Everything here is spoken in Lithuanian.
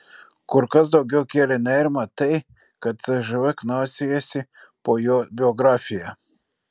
kur kas daugiau kėlė nerimą tai kad cžv knaisiojasi po jo biografiją